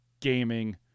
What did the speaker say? gaming